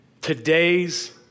today's